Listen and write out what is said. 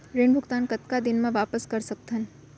ऋण भुगतान कतका दिन म वापस कर सकथन?